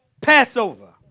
Passover